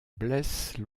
blesse